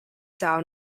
down